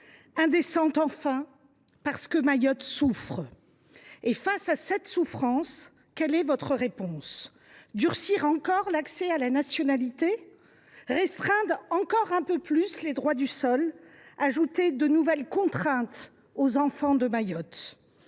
indécente enfin, parce que Mayotte souffre. Et face à cette souffrance, quelle est votre réponse ? Durcir encore l’accès à la nationalité ? Restreindre encore un peu plus le droit du sol ? Ajouter de nouvelles contraintes aux enfants nés à Mayotte ?